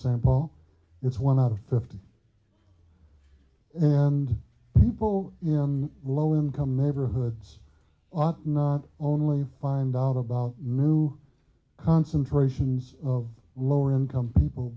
st paul it's one out of fifty and people in low income neighborhoods ought not only find out about mu concentrations of lower income people